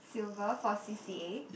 silver for c_c_a